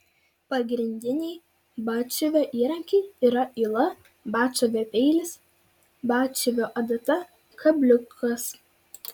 pagrindiniai batsiuvio įrankiai yra yla batsiuvio peilis batsiuvio adata kabliukas